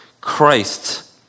Christ